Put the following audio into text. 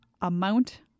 amount